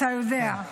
אתה יודע.